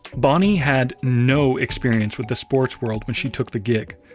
bonnie had no experience with the sports world when she took the gig.